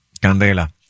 Candela